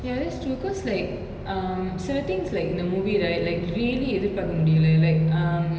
ya that's true cause like um சில:sila thing is like in the movie right like really எதிர் பாக்க முடியல:ethir paaka mudiyala like um